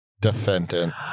Defendant